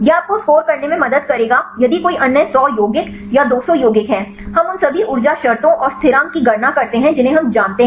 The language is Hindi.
यह आपको स्कोर करने में मदद करेगा यदि कोई अन्य 100 यौगिक या 200 यौगिक हैं हम उन सभी ऊर्जा शर्तों और स्थिरांक की गणना करते हैं जिन्हें हम जानते हैं